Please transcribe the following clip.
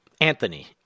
Anthony